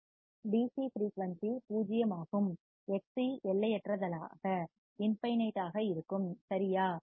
DC frequency பூஜ்ஜியமாகும் Xc எல்லையற்றதாக infinite ஆக இருக்கும் சரியா